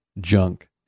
junk